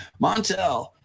Montel